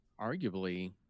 arguably